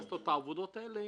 לעשות את העבודות האלה